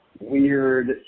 weird